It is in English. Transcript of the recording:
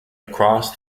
across